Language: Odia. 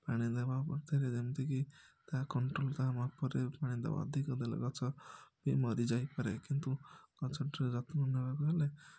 ପାଣି ଦେବା ଯେମିତିକି ତାହା କଣ୍ଟ୍ରୋଲ ତା' ମାପରେ ପାଣି ଦେବା ଅଧିକ ଦେଲେ ଗଛ ମରି ଯାଇପାରେ କିନ୍ତୁ ଗଛଟିର ଯତ୍ନ ନେବାକୁ ହେଲେ